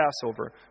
Passover